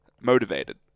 motivated